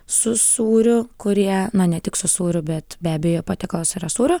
su sūriu kurie na ne tik su sūriu bet be abejo patiekaluose yra sūrio